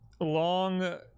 long